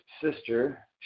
sister